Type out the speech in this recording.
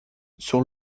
sur